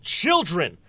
children